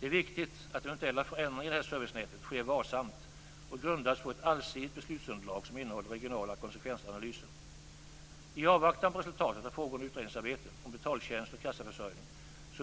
Det är viktigt att eventuella förändringar i detta servicenät sker varsamt och grundas på ett allsidigt beslutsunderlag som innehåller regionala konsekvensanalyser. I avvaktan på resultatet av pågående utredningsarbete om betaltjänst och kassaförsörjning